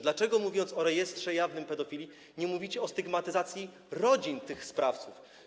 Dlaczego mówiąc o rejestrze jawnym pedofili, nie mówicie o stygmatyzacji rodzin tych sprawców?